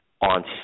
on